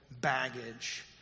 baggage